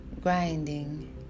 Grinding